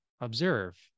observe